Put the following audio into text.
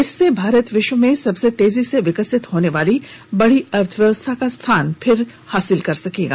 इससे भारत विश्व में सबसे तेजी से विकसित होने वाली बड़ी अर्थव्यवस्था का स्थान फिर हासिल कर लेगा